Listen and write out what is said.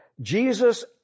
Jesus